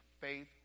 faith